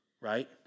right